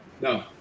No